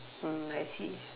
mm I see